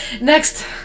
Next